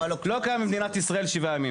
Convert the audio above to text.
לא קיים בישראל שבעה ימים.